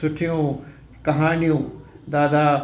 सुठियूं कहानियूं दादा